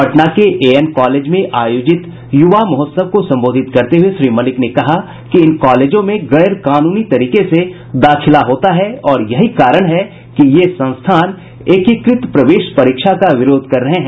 पटना के A N college में आयोजित युवा महोत्सव को संबोधित करते हुए श्री मलिक ने कहा कि इन कॉलेजों में गैर कानूनी तरीके से दाखिला होता है और यही कारण है कि ये संस्थान एकीकृत प्रवेश परीक्षा का विरोध कर रहे हैं